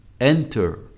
enter